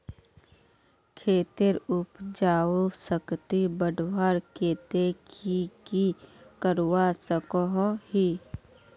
खेतेर उपजाऊ शक्ति बढ़वार केते की की करवा सकोहो ही?